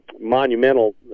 monumental